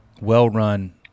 well-run